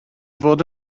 fod